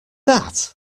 that